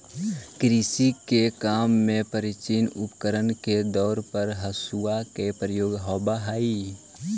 कृषि के काम में प्राचीन उपकरण के तौर पर हँसुआ के प्रयोग होवऽ हई